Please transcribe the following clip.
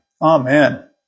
amen